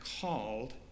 called